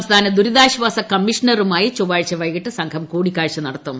സംസ്ഥാന ദുരിതാശ്വാസ കമ്മീഷണറുമായി ചൊവ്വാഴ്ച വൈകിട്ട് സംഘം കൂടിക്കാഴ്ച നടത്തും